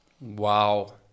Wow